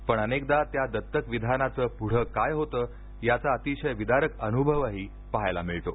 पण अनेकदा त्या दत्तकविधानाचं पुढं काय होतं याचा अतिशय विदारक अनुभवही पाहायला मिळतो